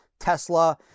Tesla